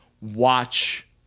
watch